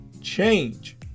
Change